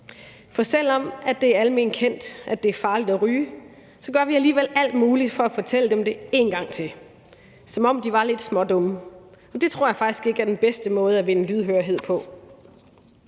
For selv om det er alment kendt, at det er farligt at ryge, så gør vi alligevel alt muligt for at fortælle dem det en gang til, som om de var lidt smådumme, og det tror jeg faktisk ikke er den bedste måde at vinde lydhørhed på.